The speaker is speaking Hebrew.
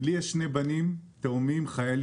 אבל לי יש שני בנים תאומים חיילים.